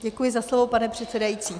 Děkuji za slovo, pane předsedající.